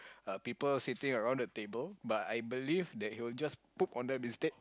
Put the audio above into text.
uh people sitting around the table but I believe that he will just poop on them instead